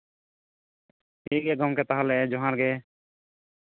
ᱴᱷᱤᱠ ᱜᱮᱭᱟ ᱜᱚᱝᱠᱮ ᱛᱟᱦᱞᱮ ᱡᱚᱦᱟᱨ ᱜᱮ